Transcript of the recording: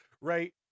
right